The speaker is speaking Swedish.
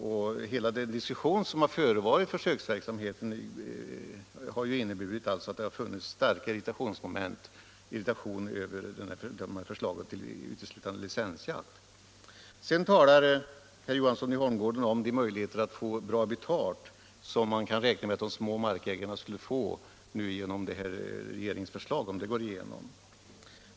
Och hela den diskussion som förevarit om försöksverksamheten har ju visat att det funnits stark irritation över förslaget till uteslutande licensjakt. Herr Johansson i Holmgården talar vidare om de möjligheter att få bra betalt som man kan räkna med för de små markägarna om regeringsförslaget går igenom.